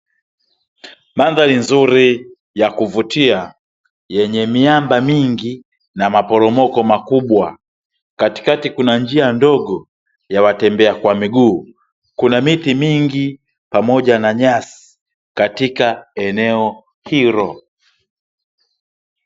Mandhari nzuri ya kuvutia, yenye miamba mingi na maporomoko makubwa katikati kuna njia ndogo ya watembea kwa miguu, kuna miti mingi pamoja na nyasi katika eneo hilo.